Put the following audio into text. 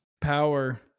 Power